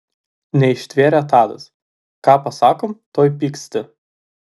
neištvėrė tadas ką pasakom tuoj pyksti